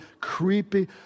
creepy